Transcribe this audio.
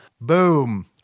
Boom